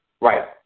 Right